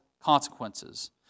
consequences